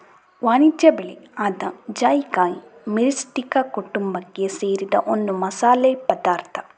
ವಾಣಿಜ್ಯ ಬೆಳೆ ಆದ ಜಾಯಿಕಾಯಿ ಮಿರಿಸ್ಟಿಕಾ ಕುಟುಂಬಕ್ಕೆ ಸೇರಿದ ಒಂದು ಮಸಾಲೆ ಪದಾರ್ಥ